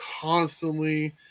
constantly